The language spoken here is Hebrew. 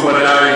מכובדי,